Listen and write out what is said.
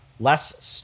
less